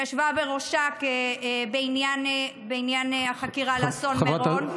ישבה בראשה בעניין החקירה של אסון מירון.